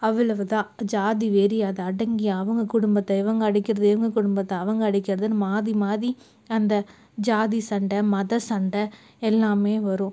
அவ்வளவுதான் ஜாதி வெறி அதில் அடங்கி அவங்க குடும்பத்தை இவங்க அடிக்கிறது இவங்க குடும்பத்தை அவங்க அடிக்கிறதுன்னு மாறி மாறி அந்த ஜாதி சண்டை மத சண்டை எல்லாமே வரும்